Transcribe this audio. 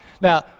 Now